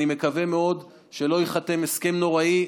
אני מקווה מאוד שלא ייחתם הסכם נוראי.